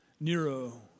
Nero